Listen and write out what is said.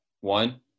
one